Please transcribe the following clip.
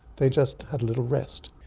they just had a little rest.